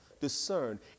discern